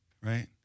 right